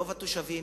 רוב התושבים,